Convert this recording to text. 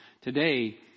today